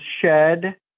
shed